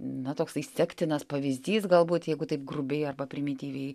na toksai sektinas pavyzdys galbūt jeigu taip grubiai arba primityviai